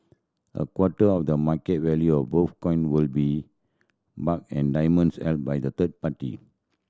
a quarter of the market value of both coin will be mark and diamonds held by the third party